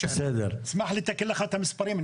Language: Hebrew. אשמח לתקן לך את המספרים.